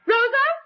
Rosa